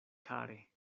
kare